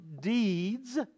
deeds